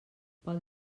pel